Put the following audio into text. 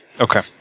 Okay